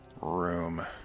room